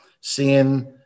seeing